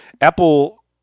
Apple